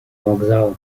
вокзал